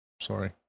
Sorry